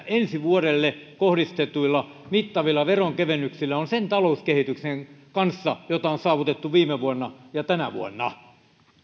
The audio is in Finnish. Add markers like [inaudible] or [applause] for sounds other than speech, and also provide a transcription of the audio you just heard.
[unintelligible] ensi vuodelle kohdistetuilla mittavilla veronkevennyksillä on sen talouskehityksen kanssa jota on saavutettu viime vuonna ja tänä vuonna